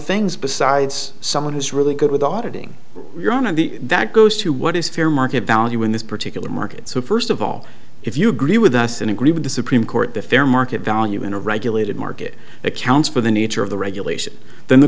things besides someone who's really good with auditing your end of the that goes to what is fair market value in this particular market so first of all if you agree with us and agree with the supreme court the fair market value in a regulated market accounts for the nature of the regulation then the